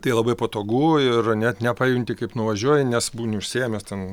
tai labai patogu ir net nepajunti kaip nuvažiuoji nes būni užsiėmęs ten